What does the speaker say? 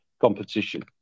competition